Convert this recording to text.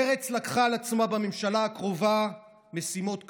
מרצ לקחה על עצמה בממשלה הקרובה משימות קשות: